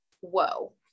Whoa